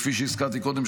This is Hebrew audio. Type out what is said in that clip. כפי שהזכרתי קודם,